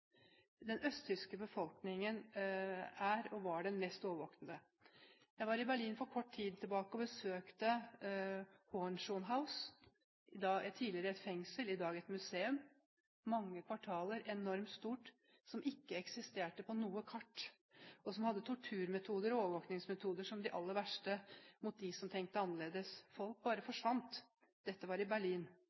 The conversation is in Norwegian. Den østtyske befolkningen er og var den mest overvåkede. Jeg var i Berlin for kort tid siden og besøkte Hohenschönhausen, som tidligere var et fengsel, men som i dag er et museum. Det er mange kvartaler, og det er enormt stort, men det eksisterte ikke på noe kart. Det hadde torturmetoder og overvåkningsmetoder, som var de aller verste, mot dem som tenkte annerledes. Folk bare forsvant. Dette var i Berlin.